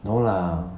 no lah